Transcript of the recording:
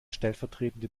stellvertretende